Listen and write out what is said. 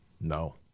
No